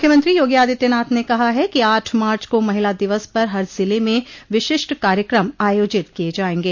मुख्यमंत्री योगी आदित्यनाथ ने कहा है कि आठ मार्च को महिला दिवस पर हर जिले में विशिष्ट कार्यक्रम आयोजित किये जायेंगे